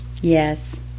Yes